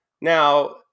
now